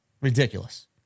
Ridiculous